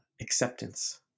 acceptance